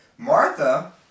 Martha